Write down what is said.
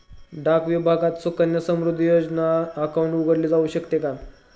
डाक विभागात सुकन्या समृद्धी योजना अकाउंट उघडले जाऊ शकते का?